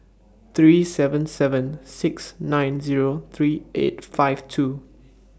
three seven seven six nine Zero three eight five two